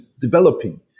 developing